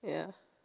ya